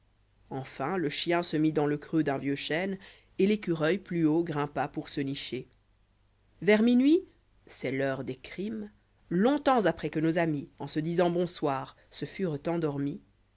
enfin le chien se mit dans le creux d'un vieux chêne et l'écureuil plus haut grimpa pour se nicher vers minuit c'est l'heure des crimes long-temps après que nos amis en se disant bon soir se furent endormis